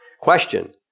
Question